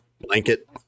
Blanket